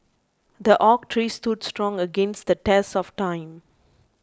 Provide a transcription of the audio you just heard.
the oak tree stood strong against the test of time